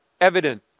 evident